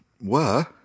were